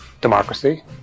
democracy